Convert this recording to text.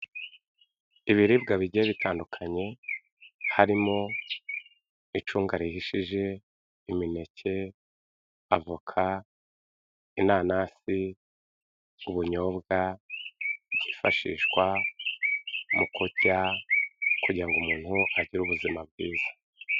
Ibiribwa bigiye bitandukanye harimo icunga rihishije, imineke, avoka, inanasi, ubunyobwa byifashishwa mu kurya kugira ngo umuntu agire ubuzima bwiza.